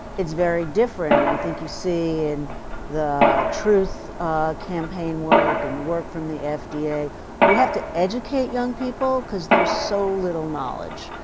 it's very different. i think you see in the truth campaign work, and the work from the fda, we have to educate young people, because there's so little knowledge.